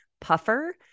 puffer